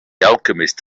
alchemist